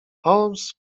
holmes